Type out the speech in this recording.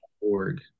Org